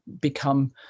become